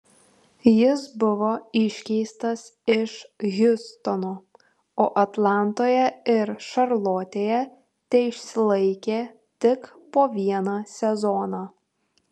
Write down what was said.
jis buvo iškeistas iš hjustono o atlantoje ir šarlotėje teišsilaikė tik po vieną sezoną